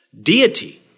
Deity